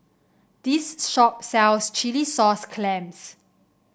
this shop sells Chilli Sauce Clams